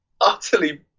utterly